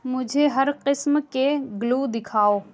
مجھے ہر قسم کے گلو دکھاؤ